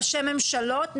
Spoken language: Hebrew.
ראשי ממשלות,